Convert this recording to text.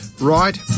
Right